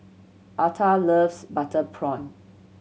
Altha loves butter prawn